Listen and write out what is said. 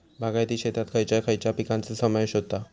बागायती शेतात खयच्या खयच्या पिकांचो समावेश होता?